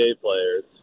players